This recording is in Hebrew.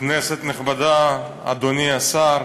כנסת נכבדה, אדוני השר,